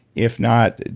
if not,